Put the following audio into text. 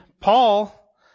Paul